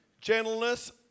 gentleness